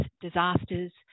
disasters